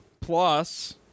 plus